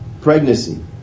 pregnancy